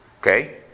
Okay